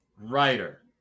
Writer